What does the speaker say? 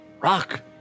rock